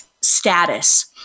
status